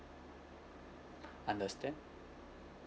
understand